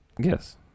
Yes